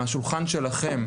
מהשולחן שלכם,